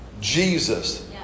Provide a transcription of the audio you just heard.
Jesus